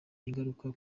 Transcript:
ingaruka